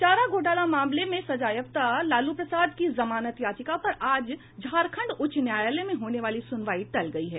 चारा घोटाला मामले में सजायाफ्ता लालू प्रसाद की जमानत याचिका पर आज झारखंड उच्च न्यायालय में होने वाली सुनवाई टल गयी है